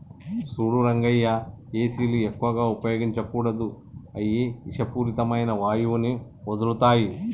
సూడు రంగయ్య ఏసీలు ఎక్కువగా ఉపయోగించకూడదు అయ్యి ఇషపూరితమైన వాయువుని వదులుతాయి